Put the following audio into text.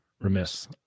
Remiss